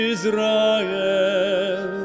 Israel